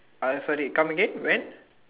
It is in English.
I sorry come again when